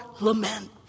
lament